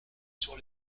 sur